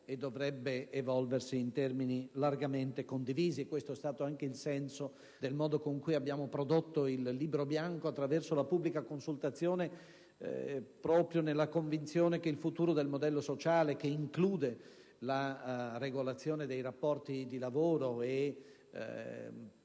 e dovrebbe evolversi in termini largamente condivisi. Questo è stato anche il senso del modo con cui abbiamo prodotto il Libro bianco attraverso la pubblica consultazione, proprio nella convinzione che il futuro del modello sociale, che include la regolazione dei rapporti di lavoro, e